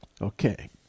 Okay